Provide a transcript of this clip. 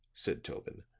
said tobin,